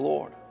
Lord